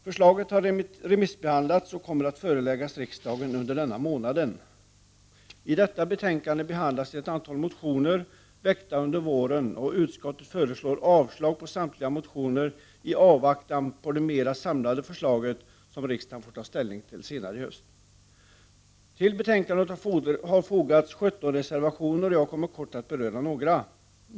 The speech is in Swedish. Förslaget har remissbehandlats och kommer att föreläggas riksdagen under innevarande månad. I detta betänkande behandlas ett antal motioner väckta under våren. Utskottet föreslår avslag på samtliga motioner i avvaktan på det mera samlade förslag som riksdagen får ta ställning till senare i höst. Till betänkandet har fogats 17 reservationer. Jag kommer att kort beröra några.